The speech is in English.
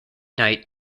night